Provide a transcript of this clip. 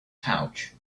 pouch